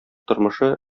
тормышы